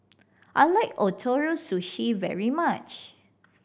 I like Ootoro Sushi very much